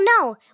no